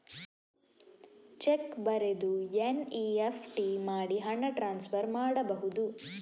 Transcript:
Check ಬರೆದು NEFT ಮಾಡಿ ಹಣ ಟ್ರಾನ್ಸ್ಫರ್ ಮಾಡಬಹುದು?